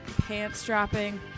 pants-dropping